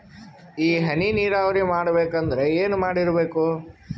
ಈ ಹನಿ ನೀರಾವರಿ ಮಾಡಬೇಕು ಅಂದ್ರ ಏನ್ ಮಾಡಿರಬೇಕು?